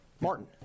Martin